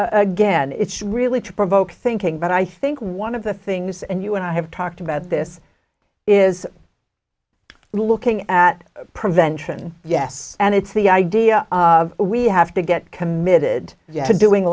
again it's really to provoke thinking but i think one of the things and you and i have talked about this is looking at prevention yes and it's the idea of we have to get committed to doing